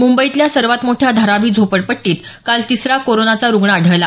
मुंबईतल्या सर्वात मोठ्या धारावी झोपडपट्टीत काल तिसरा कोरोनाचा रुग्णा आढळला